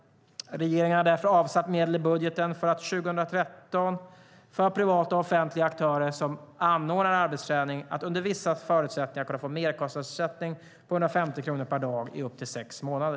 Regeringen har därför avsatt medel i budgeten för 2013 för privata och offentliga aktörer som anordnar arbetsträning att under vissa förutsättningar kunna få merkostnadsersättning på 150 kronor per dag i upp till sex månader.